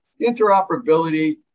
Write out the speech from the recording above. interoperability